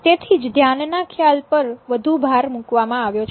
તેથી જ ધ્યાનના ખ્યાલ પર વધુ ભાર મૂકવામાં આવ્યો છે